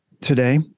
Today